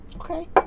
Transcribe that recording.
Okay